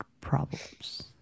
problems